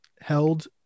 held